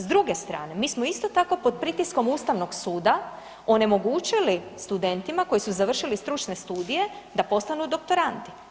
S druge strane mi smo isto tako pod pritiskom Ustavnog suda onemogućili studentima koji su završili stručne studije da postanu doktoranti.